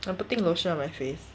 I'm putting lotion on my face